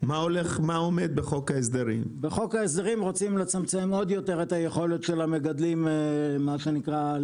בחוק ההסדרים רוצים לצמצם עוד יותר את יכולת המגדלים להתאגד.